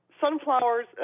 sunflowers